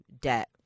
debt